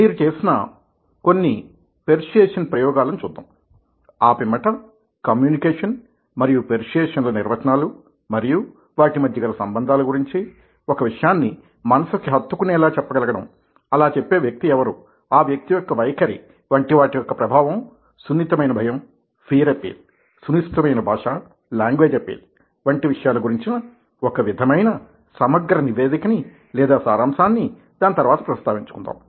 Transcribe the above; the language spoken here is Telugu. మీరు చేసిన కొన్ని పెర్సుయేసన్ ప్రయోగాలని చూద్దాం ఆ పిమ్మట కమ్యూనికేషన్ మరియు పెర్సుయేసన్ ల నిర్వచనాలు మరియు వాటి మద్య గల సంబంధాల గురించి ఒక విషయాన్ని మనసుకు హత్తుకునేలా చెప్పగలగడం అలా చెప్పే వ్యక్తి ఎవరు ఆ వ్యక్తి యొక్క వైఖరి వంటి వాటి యొక్క ప్రభావంసున్నితమైన భయం ఫియర్ అపీల్ సునిశితమైన భాష లాంగ్వేజ్ అపీల్ వంటి విషయాల గురించిన ఒక విధమైన సమగ్ర నివేదికని లేదా సారాంశాన్ని దాని తర్వాత ప్రస్తావించుకుందాం